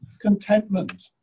contentment